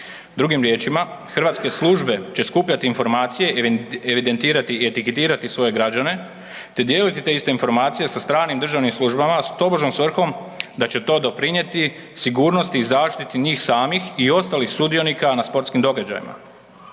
Drugim riječima hrvatske službe će skupljati informacije, evidentira i etiketirati svoje građane te dijeliti te iste informacije sa stranim državnim službama s tobožnjom svrhom da će to doprinijeti sigurnosti i zaštiti njih samih i ostalih sudionika na sportskim događajima.